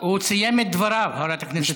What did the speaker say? הוא סיים את דבריו, חברת הכנסת קורן.